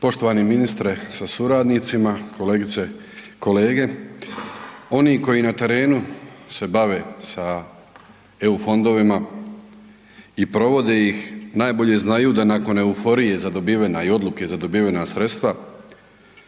Poštovani ministre sa suradnicima. Kolegice i kolege. Oni koji na terenu se bave sa eu fondovima i provode ih najbolje znaju da nakon euforije i odluke za dobivena sredstva